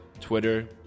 Twitter